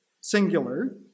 singular